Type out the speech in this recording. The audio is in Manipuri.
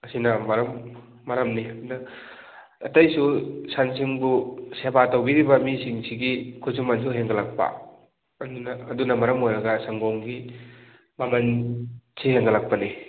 ꯑꯁꯤꯅ ꯃꯔꯝ ꯃꯔꯝꯅꯤ ꯑꯗ ꯑꯇꯩꯁꯨ ꯁꯟꯁꯤꯡꯕꯨ ꯁꯦꯕꯥ ꯇꯧꯕꯤꯔꯤꯕ ꯃꯤꯁꯤꯡꯁꯤꯒꯤ ꯈꯨꯠꯁꯨꯃꯟꯁꯨ ꯍꯦꯟꯒꯠꯂꯛꯄ ꯑꯗꯨꯅ ꯑꯗꯨꯅ ꯃꯔꯝ ꯑꯣꯏꯔꯒ ꯁꯪꯒꯣꯝꯒꯤ ꯃꯃꯟ ꯁꯦ ꯍꯦꯟꯒꯠꯂꯛꯄꯅꯤ